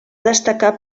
destacar